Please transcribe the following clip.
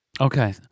Okay